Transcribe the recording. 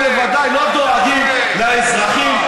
אתם בוודאי לא דואגים לאזרחים,